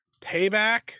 payback